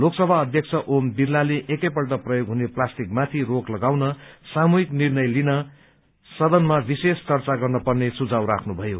लोकसभा अध्यक्ष ओम बिड़लाले एकैपल्ट प्रयोग हुने प्लास्टिक माथि रोक लगाउने सामुहिक निर्णय लिनको निम्ति सदनमा विशेष चर्चा गर्न पर्ने सुझाव राख्नुभयो